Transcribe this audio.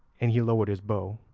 and he lowered his bow.